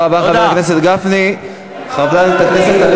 תודה רבה, חבר הכנסת גפני.